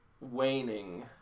waning